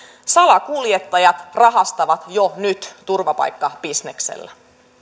salakuljettajat rahastavat jo nyt turvapaikkabisneksellä